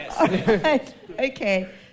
Okay